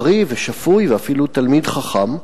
בריא ושפוי או אפילו תלמיד חכם,